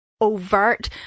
overt